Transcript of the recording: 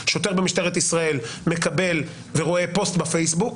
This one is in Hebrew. שוטר במשטרת ישראל מקבל ורואה פוסט בפייסבוק,